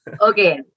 Okay